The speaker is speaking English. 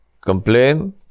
Complain